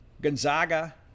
gonzaga